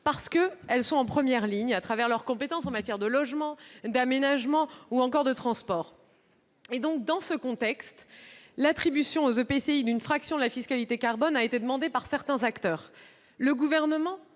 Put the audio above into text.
parce qu'elles sont en première ligne à travers leurs compétences en matière de logement, d'aménagement ou encore de transport. Dans ce contexte, l'attribution aux EPCI d'une fraction de la fiscalité carbone a été demandée par certains acteurs. Le Gouvernement